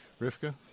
Rivka